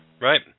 Right